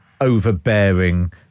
overbearing